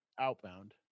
outbound